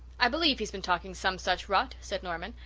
i believe he's been talking some such rot, said norman.